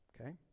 okay